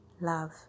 love